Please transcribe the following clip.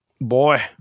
Boy